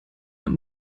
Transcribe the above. und